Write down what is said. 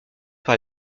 par